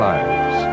Lives